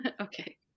okay